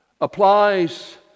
applies